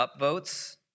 upvotes